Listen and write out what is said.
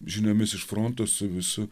žiniomis iš fronto su visu